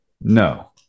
No